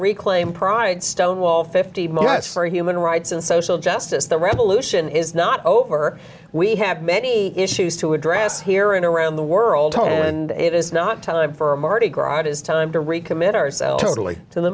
reclaim pride stonewall fifty march for human rights and social justice the revolution is not over we have many issues to address here and around the world and it is not time for mardi gras it is time to